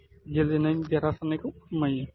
गेलेनायनि देरहासारनायखौ फोरमायो